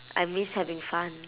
I miss having fun